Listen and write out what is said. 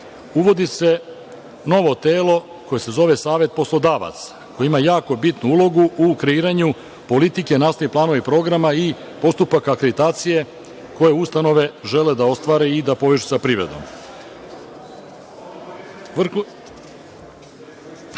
Uvodi se novo telo, koje se zove savet poslodavaca koji ima jako bitnu ulogu u kreiranju politike, nastave, planova i programa i postupaka akreditacije koje ustanove žele da ostvare i povežu sa privredom. Ovo